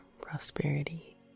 prosperity